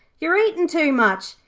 you're eating too much,